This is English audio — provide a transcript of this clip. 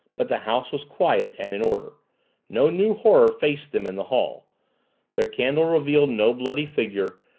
but the house was quiet and in order no new horror faced them in the hall their candle revealed no bloody figure,